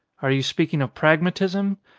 are you speaking of pragmatism?